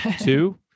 two